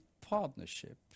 partnership